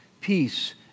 peace